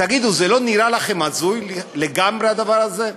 תגידו, זה לא נראה לכם הזוי לגמרי הדבר הזה?